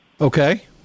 Okay